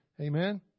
Amen